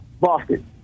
Boston